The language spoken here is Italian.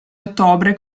ottobre